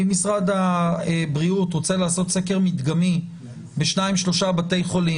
אם משרד הבריאות רוצה לערוך סקר מדגמי בשניים-שלושה בתי חולים